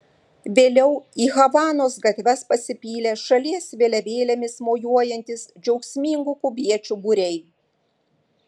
vėliau į havanos gatves pasipylė šalies vėliavėlėmis mojuojantys džiaugsmingų kubiečių būriai